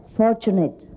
fortunate